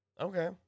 Okay